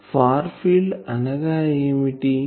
far field అనగా ఏమిటి